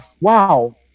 wow